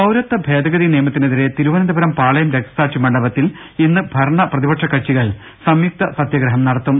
പൌരത്വ ഭേദഗതി നിയമത്തിനെതിരെ തിരുവനന്തപുരം പാളയം രക്തസാക്ഷി മണ്ഡപത്തിൽ ഇന്ന് ഭരണ പ്രതിപക്ഷ കക്ഷികൾ സംയുക്ത സത്യഗ്രഹം നടത്തും